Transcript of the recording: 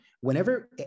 whenever